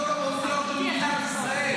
במקום לטפל בסוגיות המהותיות של מדינת ישראל,